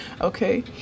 okay